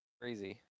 crazy